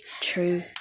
True